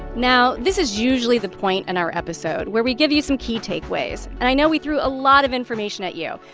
now, this is usually the point in our episode where we give you some key takeaways, and i know we threw a lot of information at you.